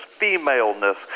femaleness